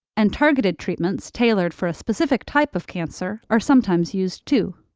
and targeted treatments tailored for a specific type of cancer are sometimes used, too.